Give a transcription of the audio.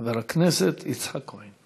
חבר הכנסת יצחק כהן.